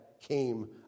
came